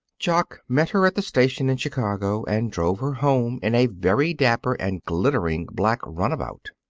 jock met her at the station in chicago and drove her home in a very dapper and glittering black runabout.